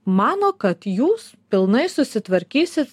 mano kad jūs pilnai susitvarkysi